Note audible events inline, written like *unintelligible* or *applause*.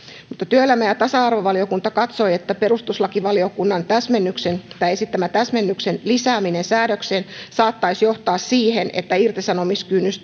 työelämä ja tasa arvovaliokunta katsoi että perustuslakivaliokunnan esittämän täsmennyksen lisääminen säädökseen saattaisi johtaa siihen että irtisanomiskynnys *unintelligible*